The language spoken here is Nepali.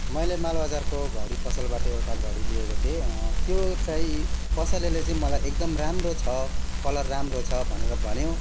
मैले मालबजारको घडी पसलबाट एउटा घडी लिएको थिएँ त्यो चाहिँ पसलेले चाहिँ मलाई एकदम राम्रो छ कलर राम्रो छ भनेर भन्यो